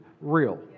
real